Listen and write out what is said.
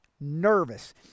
nervous